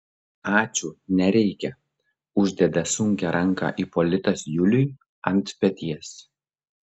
ačiū nereikia uždeda sunkią ranką ipolitas juliui ant peties